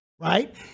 right